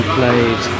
played